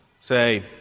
Say